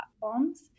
platforms